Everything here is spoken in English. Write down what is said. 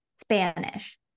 Spanish